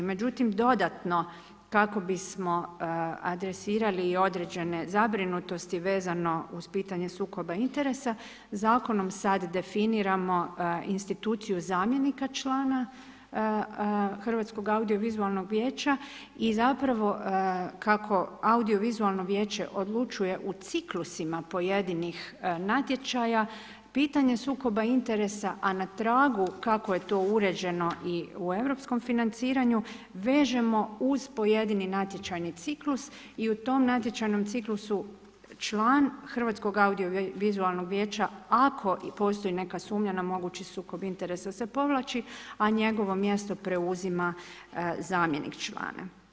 Međutim, dodatno kako bismo adresirali i određene zabrinutosti vezano uz pitanje sukoba interesa zakonom sada definiramo instituciju zamjenika člana Hrvatskog audiovizualnog vijeća i zapravo kako audiovizualno vijeće odlučuje u ciklusima pojedinih natječaja, pitanje sukoba interesa a na tragu kako je to uređeno i u europskom financiranju vežemo uz pojedini natječajni ciklus i u tom natječajnom ciklusu član Hrvatskog audiovizualnog vijeća ako postoji neka sumnja na mogući sukob interesa se povlači a njegovo mjesto preuzima zamjenik člana.